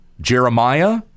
Jeremiah